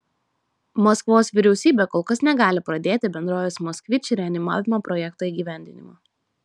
maskvos vyriausybė kol kas negali pradėti bendrovės moskvič reanimavimo projekto įgyvendinimo